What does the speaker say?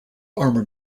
armor